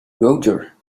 roger